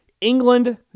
England